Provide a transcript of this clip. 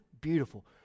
beautiful